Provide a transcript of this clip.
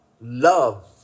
love